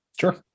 sure